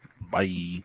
Bye